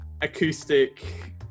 Acoustic